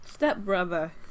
Stepbrother